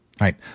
right